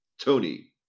Tony